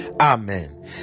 Amen